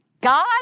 God